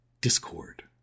discord